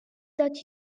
that